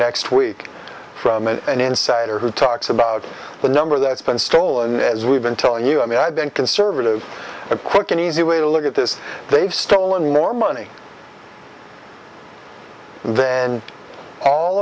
next week from an insider who talks about the number that's been stolen as we've been telling you i mean i've been conservative a quick and easy way to look at this they've stolen more money then a